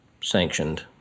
sanctioned